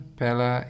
pela